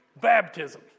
baptism